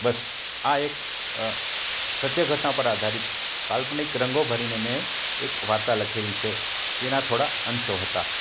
બસ આ એક સત્ય ઘટના પર આધારિત કાલ્પનિક રંગો ભરીને મેં એક વાર્તા લખેલી છે તેના થોડા અંશો હતા